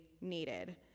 needed